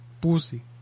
Pussy